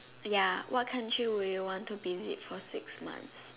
ya what country would you want to visit for six months